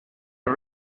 are